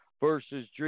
versus